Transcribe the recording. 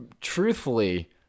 truthfully